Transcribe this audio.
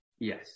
Yes